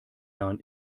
jahren